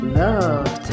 love